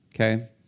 Okay